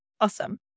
Awesome